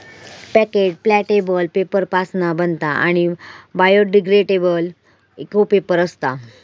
packet प्लॅटेबल paper पासना बनता आणि बायोडिग्रेडेबल इको पेपर असता